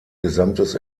gesamtes